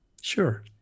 Sure